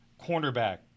cornerback